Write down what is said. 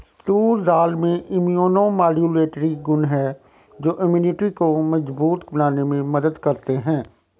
तूर दाल में immunomodulatory गुण हैं जो इम्यूनिटी को मजबूत बनाने में मदद करते है